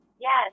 Yes